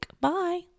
Bye